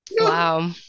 Wow